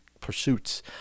Pursuits